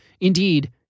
indeed